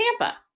tampa